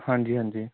ਹਾਂਜੀ ਹਾਂਜੀ